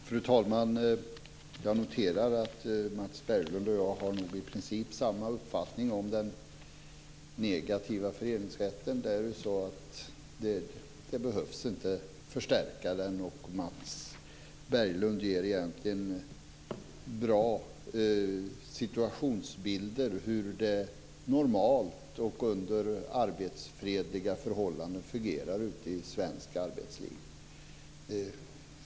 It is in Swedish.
Fru talman! Jag noterar att Mats Berglind och jag i princip har samma uppfattning om den negativa föreningsrätten. Den behöver inte förstärkas. Mats Berglind ger bra situationsbilder av hur det normalt sett och under arbetsfredliga förhållanden fungerar ute i svenskt arbetsliv.